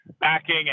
backing